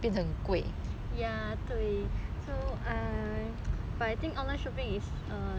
so I but I think online shopping is a 有时候 is a waste of money lah